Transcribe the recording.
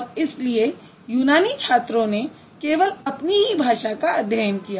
और इसलिए यूनानी छात्रों ने केवल अपनी ही भाषा का अध्ययन किया